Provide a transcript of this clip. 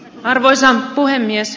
arvoisa puhemies